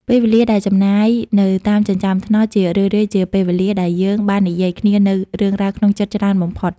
ពេលវេលាដែលចំណាយនៅតាមចិញ្ចើមថ្នល់ ជារឿយៗជាពេលវេលាដែលយើងបាននិយាយគ្នានូវរឿងរ៉ាវក្នុងចិត្តច្រើនបំផុត។